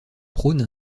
prône